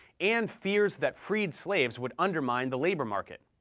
and fears that freed slaves would undermine the labor market.